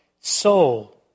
soul